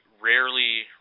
rarely